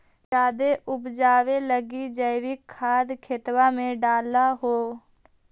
जायदे उपजाबे लगी जैवीक खाद खेतबा मे डाल हो?